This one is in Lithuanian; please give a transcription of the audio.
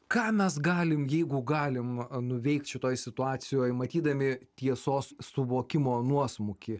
ką mes galim jeigu galim nuveikt šitoj situacijoj matydami tiesos suvokimo nuosmukį